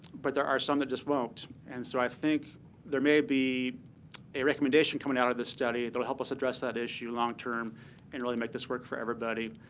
but there are some that just won't. and so i think there may be a recommendation coming out of this study that'll help us address that issue long-term and really make this work for everybody.